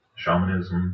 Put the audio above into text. shamanism